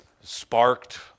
sparked